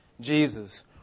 Jesus